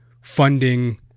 funding